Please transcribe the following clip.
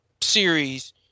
series